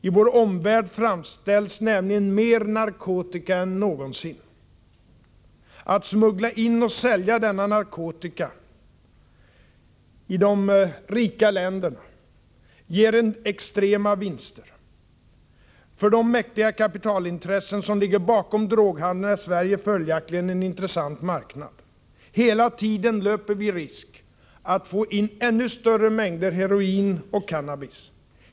I vår omvärld framställs nämligen mer narkotika i dag än någonsin. Att smuggla in och sälja denna narkotika i de rika länderna ger extrema vinster. För de mäktiga kapitalintressen som ligger bakom droghandeln är Sverige följaktligen en intressant marknad. Hela tiden löper vi risk att få in ännu större mängder heroin och cannabis.